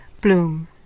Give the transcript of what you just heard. bloom